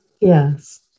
Yes